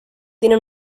tiene